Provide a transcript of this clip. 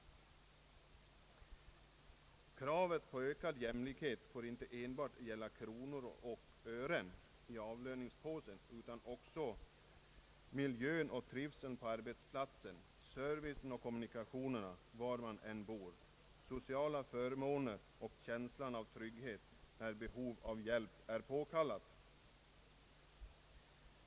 Kravet på ökad jämlikhet får inte enbart gälla kronor och ören i avlöningspåsen utan också miljö och trivsel på arbetsplatsen, service och kommunikationer var man än bor, sociala förmåner och känsla av trygghet när behov av hjälp är påkallat.